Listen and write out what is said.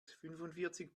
fünfundvierzig